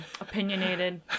opinionated